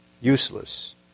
Useless